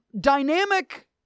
Dynamic